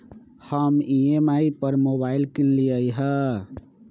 हम ई.एम.आई पर मोबाइल किनलियइ ह